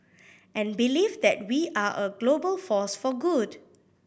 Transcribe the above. and believe that we are a global force for good